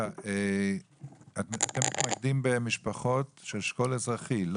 אתם מתמקדים במשפחות של שכול אזרחי.